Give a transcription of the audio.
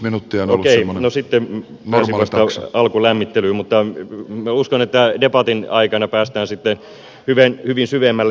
okei no sitten pääsin vasta alkulämmittelyyn mutta minä uskon että debatin aikana päästään sitten syvemmälle